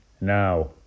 now